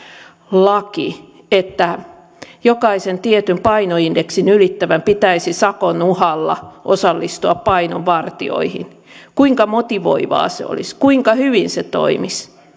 laki että jokaisen tietyn painoindeksin ylittävän pitäisi sakon uhalla osallistua painonvartijoihin niin kuinka motivoivaa se olisi kuinka hyvin se toimisi